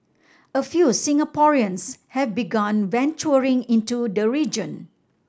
a few Singaporeans have begun venturing into the region